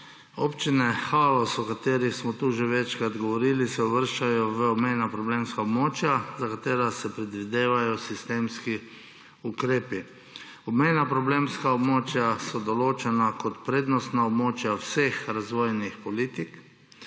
Občina Haloze, o kateri smo tukaj že večkrat govorili, se uvršča med obmejna problemska območja, za katera se predvidevajo sistemski ukrepi. Obmejna problemska območja so določena kot prednostna območja vseh razvojnih politik.